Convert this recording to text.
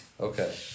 Okay